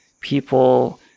people